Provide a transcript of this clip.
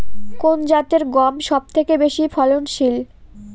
কোন জাতের গম সবথেকে বেশি ফলনশীল?